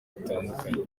bitandukanye